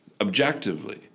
objectively